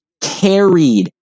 carried